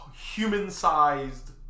human-sized